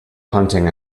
hunting